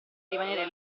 rimanere